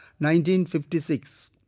1956